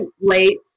late